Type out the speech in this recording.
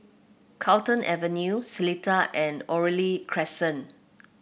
Carlton Avenue Seletar and Oriole Crescent